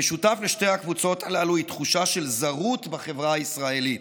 המשותף לשתי הקבוצות הללו הוא תחושה של זרות בחברה הישראלית,